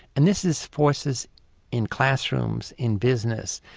and this is forces in classrooms, in business,